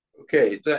Okay